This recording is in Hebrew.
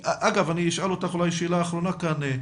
אגב, אני אשאל אותך אולי שאלה אחרונה כאן,